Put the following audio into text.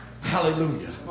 Hallelujah